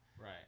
Right